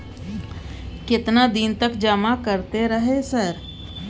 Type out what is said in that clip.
केतना दिन तक जमा करते रहे सर?